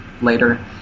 later